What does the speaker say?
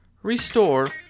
restore